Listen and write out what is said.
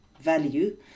value